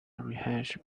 rehashed